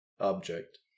object